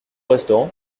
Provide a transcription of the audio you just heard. restaurant